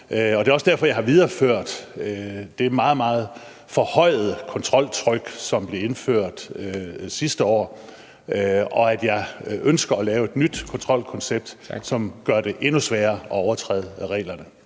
Det er også derfor, jeg har videreført det meget, meget forhøjede kontroltryk, som blev indført sidste år, og at jeg ønsker at lave et nyt kontrolkoncept, som gør det endnu sværere at overtræde reglerne.